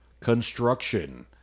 construction